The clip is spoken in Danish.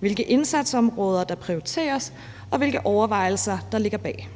hvilke indsatsområder der prioriteres, og hvilke overvejelser der ligger bag.